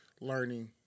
learning